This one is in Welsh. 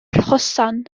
hosan